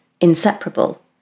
inseparable